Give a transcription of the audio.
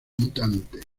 mutante